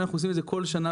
אנחנו עושים את זה כל שנה,